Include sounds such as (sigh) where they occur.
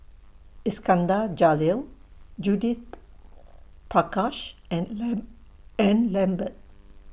Iskandar Jalil Judith Prakash and (unintelligible) and Lambert